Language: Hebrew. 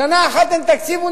שנה אחת אין תקציב,